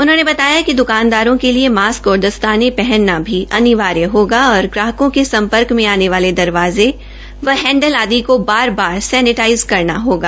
उन्होंने बताया कि दुकानदारों के लिए मास्क और दस्ताने पहनना भी अनिवार्य होगा और ग्राहकों के सम्पर्क में आने वाले दरवाजे व हैंडल आदि को बार बार सैनेटाइज़ करना होगा